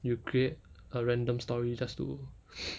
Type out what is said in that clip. you create a random story just to